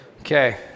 Okay